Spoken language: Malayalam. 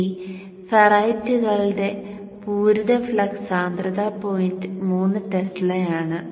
ഈ ഫെററൈറ്റുകളുടെ പൂരിത ഫ്ലക്സ് സാന്ദ്രത പോയിന്റ് മൂന്ന് ടെസ്ലയാണ്